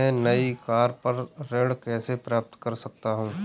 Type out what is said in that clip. मैं नई कार पर ऋण कैसे प्राप्त कर सकता हूँ?